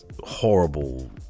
horrible